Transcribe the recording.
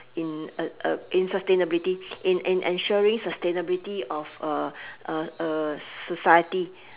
in in sustainability in in ensuring sustainability of a a a society